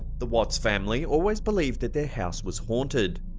the watts family always believed that their house was haunted.